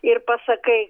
ir pasakai